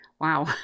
wow